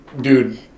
dude